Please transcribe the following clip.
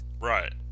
Right